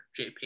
JP